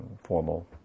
formal